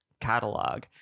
catalog